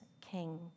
king